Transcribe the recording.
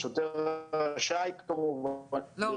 שוטר רשאי כמובן --- לא,